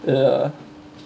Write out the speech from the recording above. ya